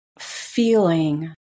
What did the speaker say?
feeling